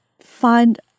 find